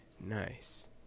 Nice